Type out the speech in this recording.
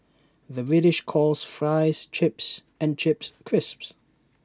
the British calls Fries Chips and Chips Crisps